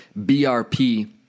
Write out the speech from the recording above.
BRP